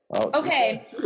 Okay